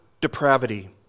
depravity